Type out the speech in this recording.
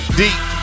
deep